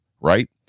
right